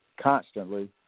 constantly